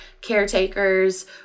caretakers